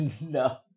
No